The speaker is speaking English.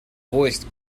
voiced